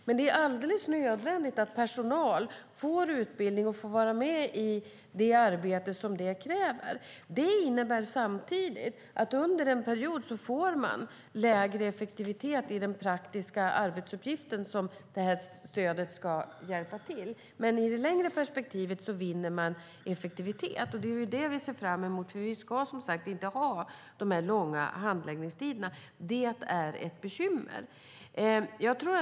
Men det är alldeles nödvändigt att personalen får utbildning och får vara med i det arbete som detta kräver. Det innebär samtidigt att man under en period får lägre effektivitet i de praktiska arbetsuppgifter för vilka detta stöd ska vara till hjälp. Men i det längre perspektivet ökar man effektiviteten. Det är det vi ser fram emot eftersom vi, som sagt, inte ska ha dessa långa handläggningstider. De är ett bekymmer.